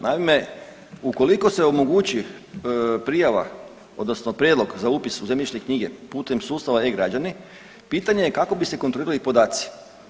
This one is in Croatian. Naime, ukoliko se omogući prijava odnosno prijedlog za upis u zemljišne knjige putem sustava e-građani pitanje je kako bi se kontrolirali podaci.